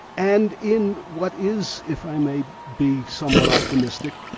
and in what is, if i may be somewhat optimistic,